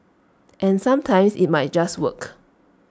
and sometimes IT might just work